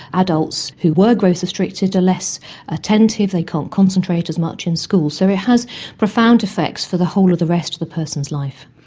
adults who were growth restricted are less attentive, they can't concentrate as much in school. so it has profound effects for the whole of the rest of the person's life.